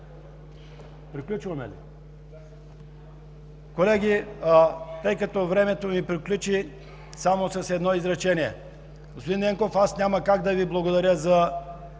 Приключваме ли? Да. Колеги, тъй като времето ми приключи, само с едно изречение. Господин Ненков, аз няма как да Ви благодаря за